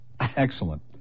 Excellent